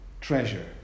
treasure